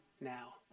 now